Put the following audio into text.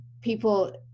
people